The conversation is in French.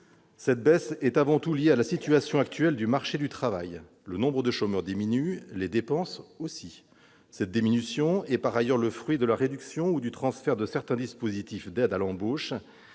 elle est avant tout liée à la situation actuelle du marché du travail : le nombre de chômeurs diminue, les dépenses aussi. Elle est, par ailleurs, le fruit de la réduction, ou du transfert, de certains dispositifs d'aide à l'embauche